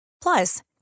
Plus